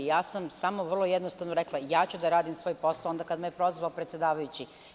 Samo sam vrlo jednostavno rekla, ja ću da radim svoj posao onda kada me je prozvao predsedavajući.